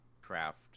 craft